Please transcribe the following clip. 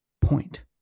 point